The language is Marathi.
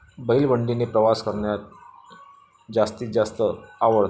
बैलबंडीने प्रवास करण्यात जास्तीत जास्त आवडते